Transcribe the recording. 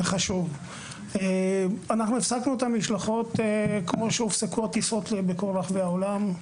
אנחנו הפסקנו את יציאת המשלחות כמו שהופסקו הטיסות בכל רחבי העולם.